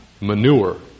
manure